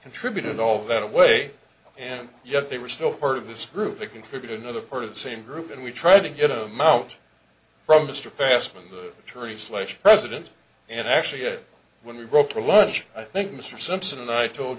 contributed all that away and yet they were still part of this group to contribute another part of the same group and we tried to get them out from mr passman the attorney slash president and actually when we broke for lunch i think mr simpson and i told